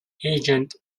agent